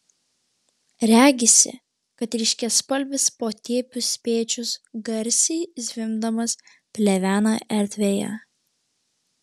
regisi kad ryškiaspalvis potėpių spiečius garsiai zvimbdamas plevena erdvėje